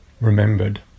remembered